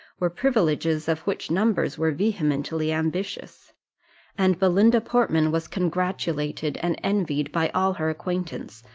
were privileges of which numbers were vehemently ambitious and belinda portman was congratulated and envied by all her acquaintance,